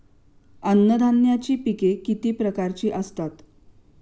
अन्नधान्याची पिके किती प्रकारची असतात?